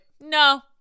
no